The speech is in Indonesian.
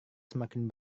semakin